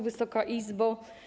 Wysoka Izbo!